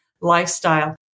lifestyle